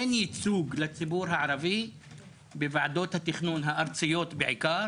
אין ייצוג לציבור הערבי בוועדות התכנון הארציות בעיקר,